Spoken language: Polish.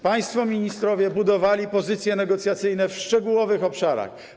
Państwo ministrowie budowali pozycje negocjacyjne w szczegółowych obszarach.